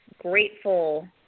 grateful